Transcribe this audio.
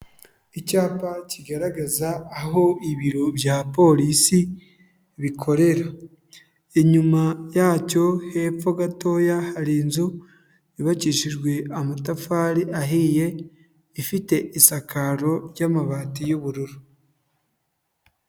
Icyapa kigaragaza aho ibiro bya polisi bikorera, inyuma yacyo hepfo gatoya hari inzu yubakishijwe amatafari ahiye ifite isakaro ry'amabati y'ubururu.